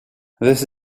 this